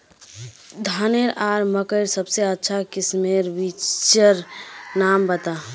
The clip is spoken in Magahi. धानेर आर मकई सबसे अच्छा किस्मेर बिच्चिर नाम बता?